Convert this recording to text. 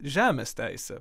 žemės teisę